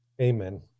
Amen